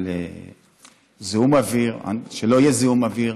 על זיהום אוויר, שלא יהיה זיהום אוויר,